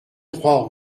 trois